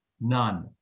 none